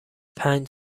پنج